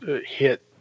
hit